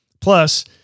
Plus